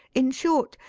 in short,